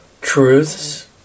truths